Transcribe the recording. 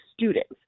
students